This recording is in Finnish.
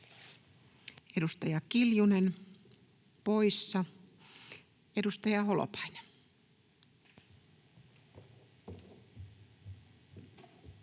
Edustaja Kiljunen poissa. — Edustaja Holopainen.